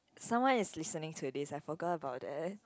someone is listening to this I forgot about that